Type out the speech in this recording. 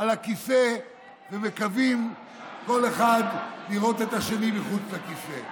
על הכיסא ומקווים כל אחד לראות את השני מחוץ לכיסא.